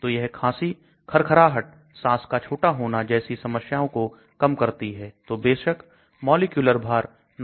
तो यह खांसी खरखराहट सांस का छोटा होना जैसी समस्याओं को कम करती है तो बेशक मॉलिक्यूलर भार 916 gram mole है